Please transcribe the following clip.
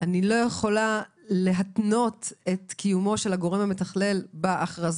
אז אני לא יכולה להתנות את קיומו של הגורם המתכלל בהכרזה.